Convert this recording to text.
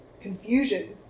confusion